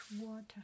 water